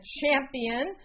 champion